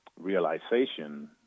realization